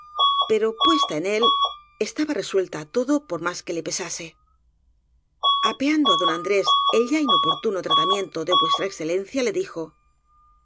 pero puesta en él estaba resuelta á todo por más que le pesase apeando á don andrés el ya inoportuno trata miento de v e le dijo